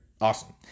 awesome